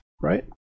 right